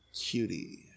cutie